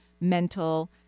mental